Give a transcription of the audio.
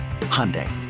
Hyundai